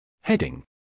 Heading